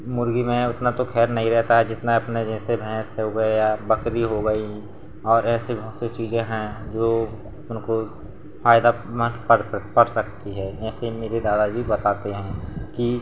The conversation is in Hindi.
मुर्गी में उतना तो खैर नहीं रहता है जितना जैसे भैंस हो या बकरी हो गई और ऐसी बहुत सी चीजें हैं जो उनको फायदा में पड़ सक पड़ सकती है ऐसे मेरे दादा जी बताते हैं कि